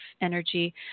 energy